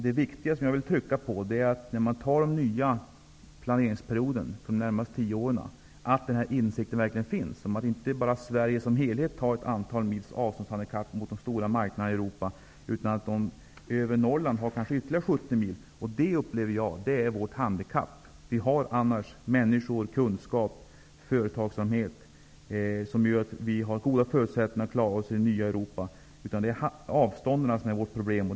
Det är viktigt att den här insikten verkligen finns när det gäller den nya planeringsperioden för de närmaste 10 åren. Det är inte bara Sverige som helhet som har ett antal mils avståndshandikapp mot de stora marknaderna i Europa, utan övre Norrland har kanske ytterligare 70 mil. Det upplever jag som vårt handikapp. Annars har vi människor, kunskap och företagsamhet som gör att vi har goda förutsättningar att klara oss i det nya Europa. Det är avstånden som är vårt problem.